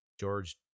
George